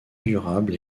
durable